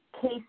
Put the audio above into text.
case